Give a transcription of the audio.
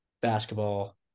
basketball